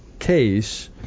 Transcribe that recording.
case